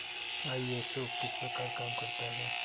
ISO किस प्रकार काम करता है